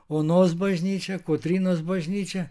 onos bažnyčia kotrynos bažnyčia